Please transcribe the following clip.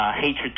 hatred